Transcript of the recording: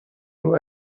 nur